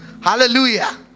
hallelujah